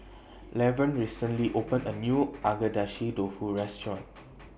Levern recently opened A New Agedashi Dofu Restaurant